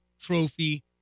Trophy